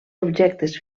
objectes